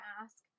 ask